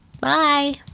Bye